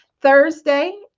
thursday